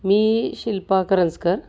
मी Shilpa Karanjkar